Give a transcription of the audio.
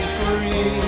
free